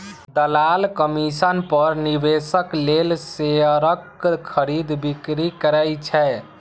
दलाल कमीशन पर निवेशक लेल शेयरक खरीद, बिक्री करै छै